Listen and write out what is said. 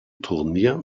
turnier